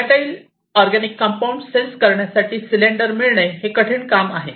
volatile organic compound sense करण्यासाठी cylinder मिळणे हे कठीण काम आहे